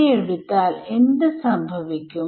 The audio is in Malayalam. നമുക്ക് ഇത് നിരീക്ഷിക്കാം